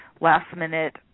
last-minute